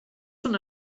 són